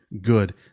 good